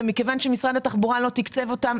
ומכיוון שמשרד התחבורה לא קידם אותם,